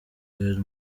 elle